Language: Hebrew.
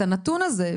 את הנתון הזה,